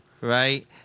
right